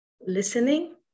listening